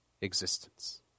existence